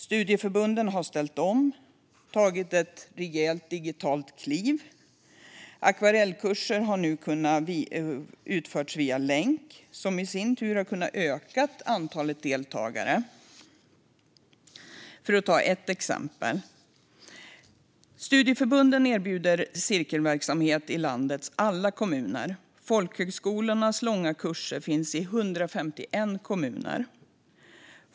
Studieförbunden har ställt om och tagit ett rejält digitalt kliv. Akvarellkurser har kunnat utföras via länk, vilket i sin tur har inneburit att man har kunnat öka antalet deltagare, för att ta ett exempel. Studieförbunden erbjuder cirkelverksamhet i landets alla kommuner. Folkhögskolornas långa kurser finns i 151 kommuner.